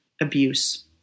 abuse